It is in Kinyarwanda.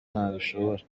nabishobora